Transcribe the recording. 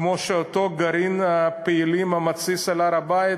כמו שאותו גרעין הפעילים המתסיס על הר-הבית,